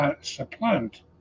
supplant